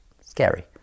scary